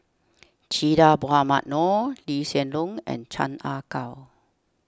Che Dah Mohamed Noor Lee Hsien Loong and Chan Ah Kow